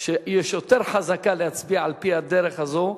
שיש יותר חזקה להצביע על-פי הדרך הזאת,